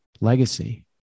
legacy